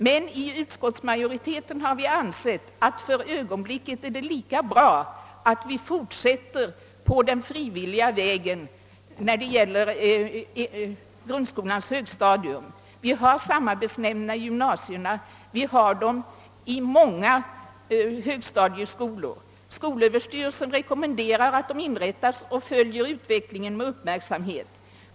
Men inom utskottsmajoriteten har vi ansett att det för ögonblicket är lika bra att vi fortsätter på den frivilliga vägen när det gäller grundskolans högstadium. Vi har samarbetsnämnder i gymnasierna och vi har även samarbetsnämnder i många högstadier. Skolöverstyrelsen rekommenderar att samarbetsnämnder inrättas och följer utvecklingen med uppmärksamhet.